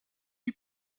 you